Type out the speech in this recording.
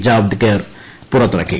ജാവ്ദേക്കർ പുറത്തിറക്കി